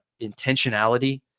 intentionality